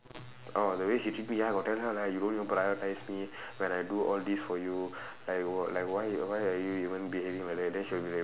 orh the way she treat me ya I got tell her lah you don't even prioritise me when I do all this for you like wh~ like why why are you even behaving like that then she'll be like